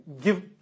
give